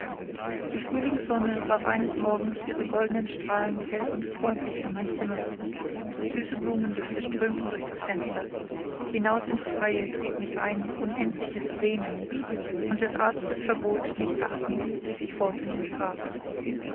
die frühlingssonne warf eines morgens ihre goldnen strahlen hell und freundlich in mein zimmer süße blumendüfte strömten durch das fenster hinaus ins freie trieb mich ein unendlich sehnen und des arztes verbot nicht achtend lief ich fort in den park